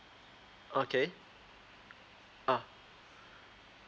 okay ah